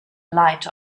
light